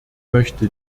möchte